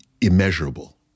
immeasurable